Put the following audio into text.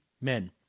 men